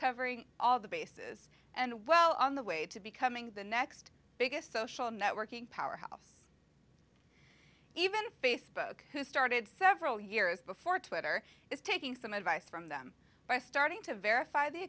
covering all the bases and well on the way to becoming the next biggest social networking powerhouse even facebook who started several years before twitter is taking some advice from them by starting to verify the